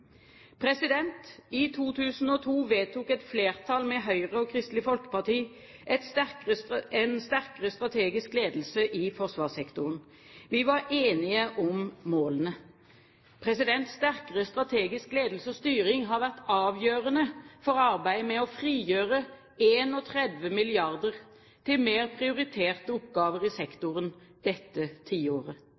I 2002 vedtok et flertall med Høyre og Kristelig Folkeparti en sterkere strategisk ledelse i forsvarssektoren. Vi var enige om målene. Sterkere strategisk ledelse og styring har vært avgjørende for arbeidet med å frigjøre 31 mrd. kr til mer prioriterte oppgaver i sektoren dette tiåret.